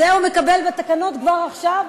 את זה הוא מקבל בתקנות כבר עכשיו,